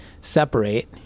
separate